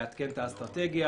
לעדכן את האסטרטגיה,